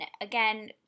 again